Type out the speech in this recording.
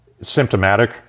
symptomatic